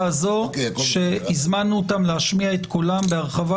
הזאת שהזמנו אותם להשמיע את קולם בהרחבה,